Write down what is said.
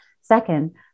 Second